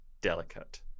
delicate